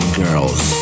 girls